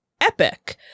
epic